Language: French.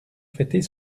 fêter